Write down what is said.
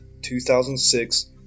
2006